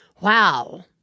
wow